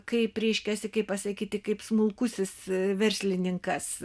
kaip reiškiasi kaip pasakyti kaip smulkusis verslininkas